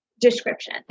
description